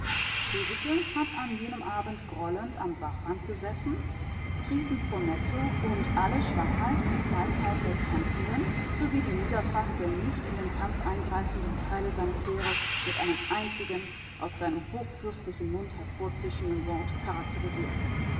hat an jenem abend grollend am bachrand gesessen triefend vor nässe und alle schwachheit und feigheit der kämpfenden sowie die niedertracht der nicht in den kampf eingreifenden teile seines heeres mit einem einzigen aus seinem hochfürstlichen mund hervorzischenden wort charakterisiert